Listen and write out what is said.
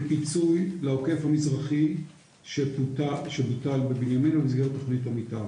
הוא נולד כפיצוי לעוקף המזרחי שבוטל בבנימינה במסגרת תוכנית המתאר,